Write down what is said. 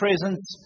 presence